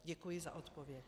Děkuji za odpověď.